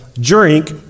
drink